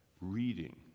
reading